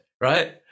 right